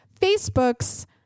Facebook's